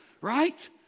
Right